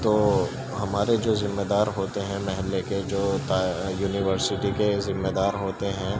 تو ہمارے جو ذمے دار ہوتے ہیں محلے کے جو ہوتا ہے یونیورسٹی کے ذمے دار ہوتے ہیں